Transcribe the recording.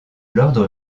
l’ordre